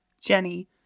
Jenny